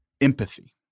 empathy